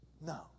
No